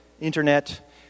internet